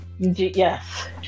Yes